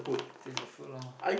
taste the food lor